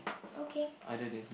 okay